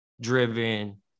driven